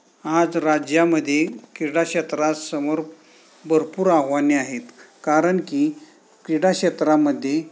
आज राज्यामध्ये क्रीडाक्षेत्रासमोर भरपूर आव्हाने आहेत कारण की क्रीडाक्षेत्रामध्ये